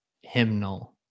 hymnal